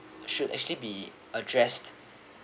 should actually be addressed